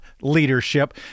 leadership